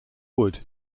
wood